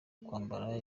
kwambara